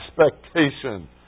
expectation